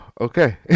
okay